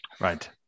Right